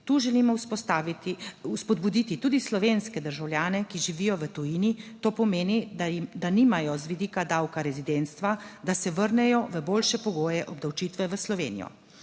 Tu želimo spodbuditi tudi slovenske državljane, ki živijo v tujini. To pomeni, da nimajo z vidika davka rezidentstva, da se vrnejo v boljše pogoje obdavčitve v Slovenijo.